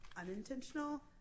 unintentional